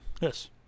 Yes